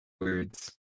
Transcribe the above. words